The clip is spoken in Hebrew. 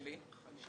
אלה